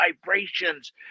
vibrations